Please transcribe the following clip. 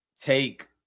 take